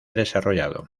desarrollado